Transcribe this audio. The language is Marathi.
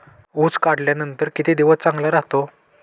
ऊस काढल्यानंतर किती दिवस चांगला राहतो?